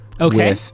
Okay